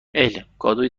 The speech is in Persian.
الکادوی